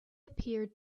appeared